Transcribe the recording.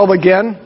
again